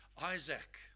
Isaac